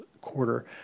quarter